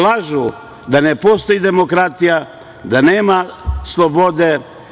Lažu da ne postoji demokratija, da nema slobode.